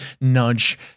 nudge